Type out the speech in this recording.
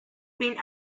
been